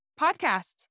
Podcast